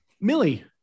Millie